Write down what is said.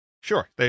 Sure